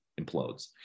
implodes